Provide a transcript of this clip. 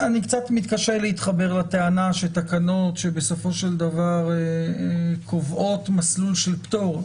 אני קצת מתקשה להתחבר לטענה שתקנות שבסופו של דבר קובעות מסלול של פטור,